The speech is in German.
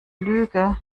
lüge